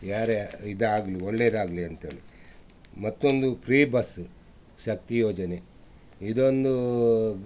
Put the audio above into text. ಯಾರೇ ಇದಾಗ್ಲಿ ಒಳ್ಳೆಯದಾಗ್ಲಿ ಅಂತೇಳಿ ಮತ್ತೊಂದು ಪ್ರೀ ಬಸ್ ಶಕ್ತಿ ಯೋಜನೆ ಇದೊಂದು